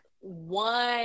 one